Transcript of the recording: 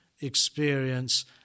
experience